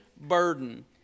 Burden